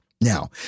Now